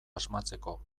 asmatzeko